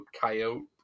coyote